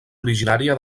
originària